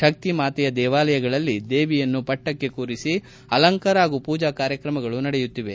ಶಕ್ತಿಮಾತೆಯ ದೇವಾಲಯಗಳಲ್ಲಿ ದೇವಿಯನ್ನು ಪಟ್ಟಕ್ಷೆ ಕೂರಿಸಿ ಅಲಂಕಾರ ಹಾಗೂ ಪೂಜಾ ಕಾರ್ಯಕ್ರಮಗಳು ನಡೆಯುತ್ತಿವೆ